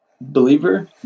believer